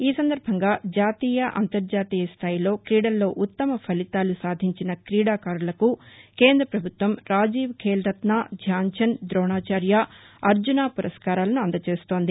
ఈ సందర్భంగా జాతీయ అంతర్జాతీయ స్థాయిలో క్రీడల్లో ఉత్తమ ఫలితాలు సాధించిన క్రీడాకారులకు కేంద్ర ప్రభుత్వం రాజీవ్ ఖేల్ రత్న ధ్యాన్చంద్ దోణాచార్య అర్జున పురస్కారాలను అందచేస్తుంది